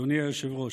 אדוני היושב-ראש,